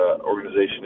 organization